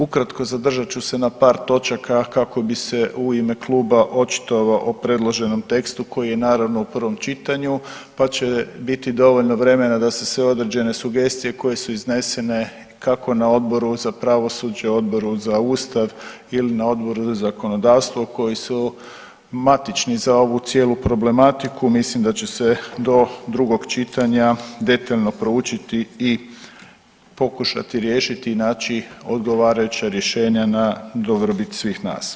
Ukratko, zadržat ću se na par točaka kako bi se u ime kluba očitovao o predloženom tekstu koji je naravno u prvom čitanju pa će biti dovoljno vremena da se sve određene sugestije koje su iznesene kako na Odboru za pravosuđe, Odboru za Ustav ili na Odboru za zakonodavstvo koji su matični za ovu cijelu problematiku mislim da će se do drugog čitanja detaljno proučiti i pokušati riješiti i naći odgovarajuća rješenja na dobrobit svih nas.